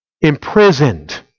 imprisoned